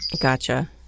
Gotcha